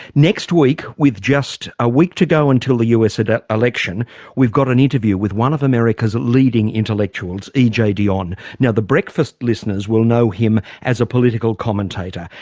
next week with just a week to go until the us and election we've got an interview with one of america's leading intellectuals, ej dionne. now the breakfast listeners will know him as a political commentator.